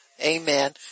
Amen